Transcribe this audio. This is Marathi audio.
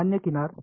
सामान्य किनार